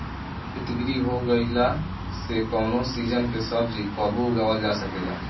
हरितगृह हो गईला से कवनो सीजन के सब्जी कबो उगावल जा सकेला